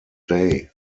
day